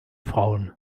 frauen